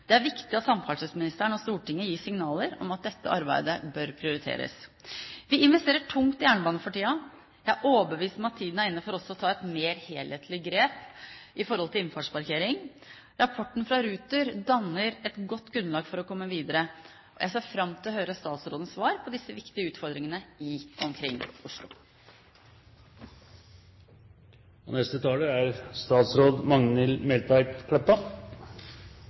Det er viktig at samferdselsministeren og Stortinget gir signaler om at dette arbeidet bør prioriteres. Vi investerer tungt i jernbane for tiden. Jeg er overbevist om at tiden er inne for også å ta et mer helhetlig grep når det gjelder innfartsparkering. Rapporten fra Ruter danner et godt grunnlag for å komme videre. Jeg ser fram til å høre statsrådens svar på disse viktige utfordringene i og omkring Oslo.